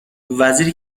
وزیر